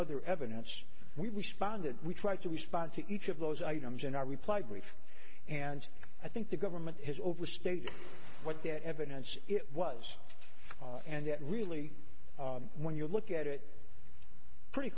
other evidence we responded we tried to respond to each of those items in our reply brief and i think the government has overstated what that evidence it was and that really when you look at it pretty